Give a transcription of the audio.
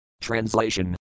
Translation